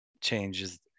changes